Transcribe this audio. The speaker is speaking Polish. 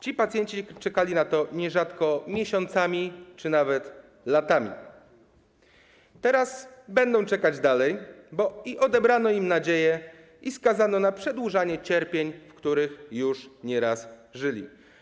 Ci pacjenci czekali na nie nierzadko miesiącami czy nawet latami, teraz będą czekać nadal, bo odebrano im nadzieję i skazano ich na przedłużenie cierpień, w jakich już nieraz żyli.